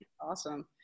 Awesome